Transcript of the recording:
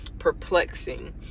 perplexing